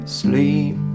sleep